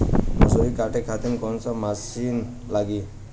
मसूरी काटे खातिर कोवन मसिन लागी?